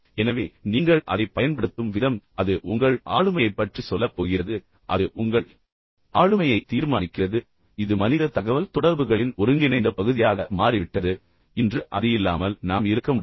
எனவே நீங்கள் அதைப் பயன்படுத்தும் விதம் அது உங்கள் ஆளுமையைப் பற்றி சொல்லப் போகிறது அது உங்கள் ஆளுமையை தீர்மானிக்கிறது இது மனித தகவல்தொடர்புகளின் ஒருங்கிணைந்த பகுதியாக மாறிவிட்டது இன்று அது இல்லாமல் நாம் இருக்க முடியாது